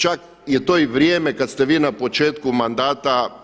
Čak je to i vrijeme kad ste vi na početku mandata.